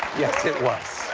yes, it was.